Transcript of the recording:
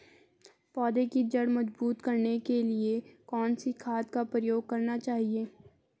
पौधें की जड़ मजबूत करने के लिए कौन सी खाद का प्रयोग करना चाहिए?